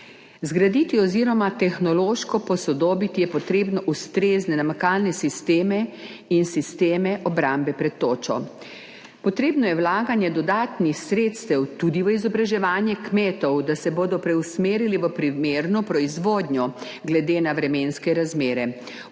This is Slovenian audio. Zgraditi oziroma tehnološko posodobiti je potrebno ustrezne namakalne sisteme in sisteme obrambe pred točo. Potrebno je vlaganje dodatnih sredstev tudi v izobraževanje kmetov, da se bodo preusmerili v primerno proizvodnjo glede na vremenske razmere,